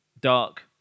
dark